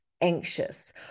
anxious